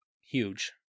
huge